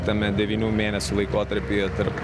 tame devynių mėnesių laikotarpyje tarp